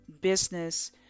business